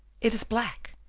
it is black,